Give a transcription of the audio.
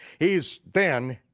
he's then,